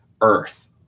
earth